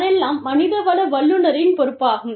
அதெல்லாம் மனிதவள வல்லுநரின் பொறுப்பாகும்